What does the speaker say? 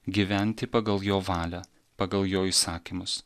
gyventi pagal jo valią pagal jo įsakymus